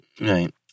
Right